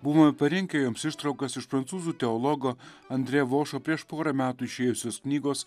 buvome parinkę jums ištraukas iš prancūzų teologo andre vošo prieš porą metų išėjusios knygos